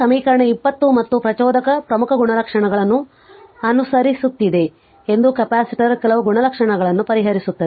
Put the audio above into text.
ಈ ಸಮೀಕರಣ 20 ಮತ್ತು ಪ್ರಚೋದಕದ ಪ್ರಮುಖ ಗುಣಲಕ್ಷಣಗಳನ್ನು ಅನುಸರಿಸುತ್ತಿದೆ ಎಂದು ಕೆಪಾಸಿಟರ್ ಕೆಲವು ಗುಣಲಕ್ಷಣಗಳನ್ನು ಪರಿಹರಿಸುತ್ತದೆ